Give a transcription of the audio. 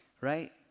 Right